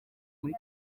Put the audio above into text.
muri